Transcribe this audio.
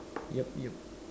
yup yup